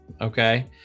okay